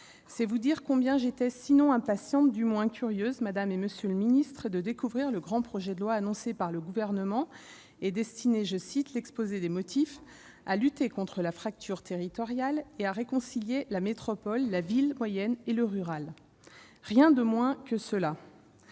C'est vous dire combien j'étais sinon impatiente, du moins curieuse, madame, monsieur les ministres, de découvrir le grand projet de loi annoncé par le Gouvernement et destiné -je cite l'exposé des motifs -« à lutter contre la fracture territoriale » et « à réconcilier la métropole, la ville moyenne et le rural »: rien de moins !